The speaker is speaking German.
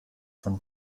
von